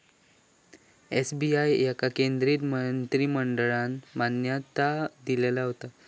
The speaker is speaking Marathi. एस.बी.आय याका केंद्रीय मंत्रिमंडळान मान्यता दिल्यान होता